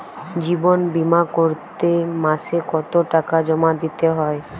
জীবন বিমা করতে মাসে কতো টাকা জমা দিতে হয়?